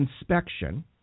inspection